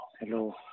Hello